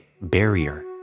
barrier